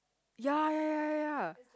ya ya ya ya ya